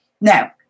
Now